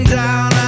down